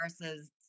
versus